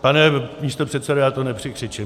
Pane místopředsedo, já to nepřekřičím.